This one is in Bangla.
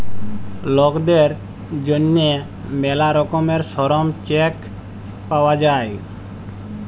লকদের জ্যনহে ম্যালা রকমের শরম চেক পাউয়া যায়